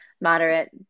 moderate